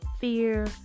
fear